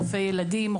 רופא ילדים,